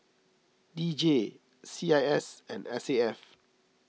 D J C I S and S A F